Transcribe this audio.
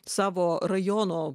savo rajono